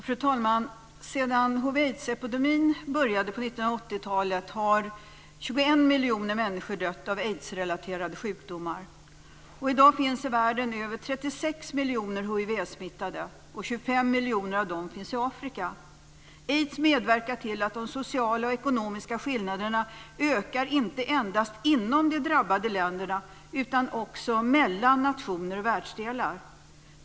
Fru talman! Sedan hiv/aids-epidemin inleddes på 1980-talet har 21 miljoner människor dött av aidsrelaterade sjukdomar. Det finns i världen i dag över 36 miljoner hivsmittade, och 25 miljoner av dem finns i Afrika. Aids medverkar till att de sociala och ekonomiska skillnaderna ökar inte endast inom de drabbade länderna utan också mellan nationer och världsdelar.